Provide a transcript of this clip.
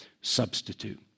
substitute